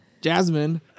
Jasmine